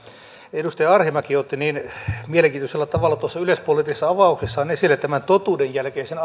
edustaja arhinmäki otti niin mielenkiintoisella tavalla tuossa yleispoliittisessa avauksessaan esille tämän totuuden jälkeisen